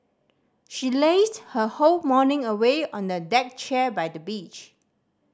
she lazed her whole morning away on a deck chair by the beach